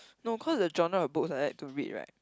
no cause the genre of books I like to read right